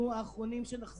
אחרי דיונים רבים לתוך